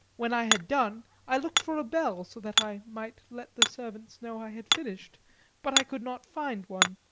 when i had done, i looked for a bell, so that i might let the servants know i had finished but i could not find one.